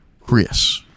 chris